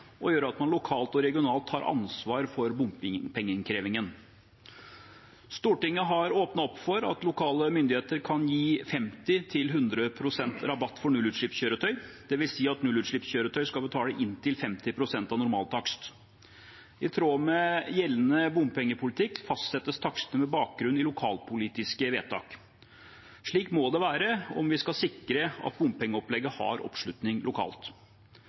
og gjør at man lokalt og regionalt har ansvar for bompengeinnkrevingen. Stortinget har åpnet opp for at lokale myndigheter kan gi fra 50 pst. til 100 pst. rabatt for nullutslippskjøretøy, dvs. at nullutslippskjøretøy skal betale inntil 50 pst. av normaltakst. I tråd med gjeldende bompengepolitikk fastsettes takster med bakgrunn i lokalpolitiske vedtak. Slik må det være om vi skal sikre at bompengeopplegget har oppslutning lokalt.